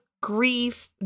grief